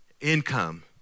income